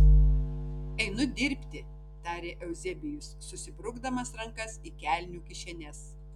einu dirbti tarė euzebijus susibrukdamas rankas į kelnių kišenes